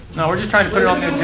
no we're just trying to put it on the